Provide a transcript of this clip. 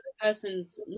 person's